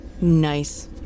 Nice